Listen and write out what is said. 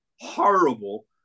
horrible